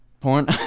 porn